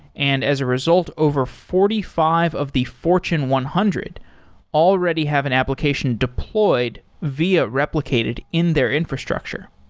and as a result, over forty five of the fortune one hundred already have an application deployed via replicated in their infrastructure.